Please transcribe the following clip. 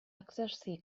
exercir